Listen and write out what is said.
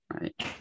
right